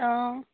অঁ